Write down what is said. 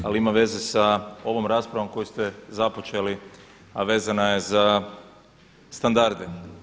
Ali ima veze s ovom raspravom koju ste započeli, a vezana je za standarda.